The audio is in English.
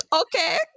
okay